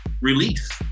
release